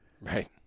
Right